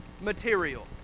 material